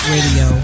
Radio